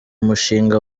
mushinga